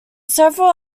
several